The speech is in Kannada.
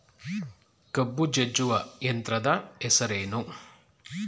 ಕಬ್ಬು ಜಜ್ಜುವ ಯಂತ್ರದ ಹೆಸರೇನು?